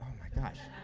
my gosh.